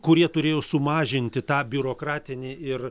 kurie turėjo sumažinti tą biurokratinį ir